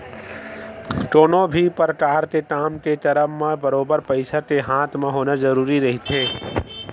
कोनो भी परकार के काम के करब म बरोबर पइसा के हाथ म होना जरुरी रहिथे